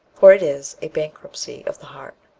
for it is a bankruptcy of the heart.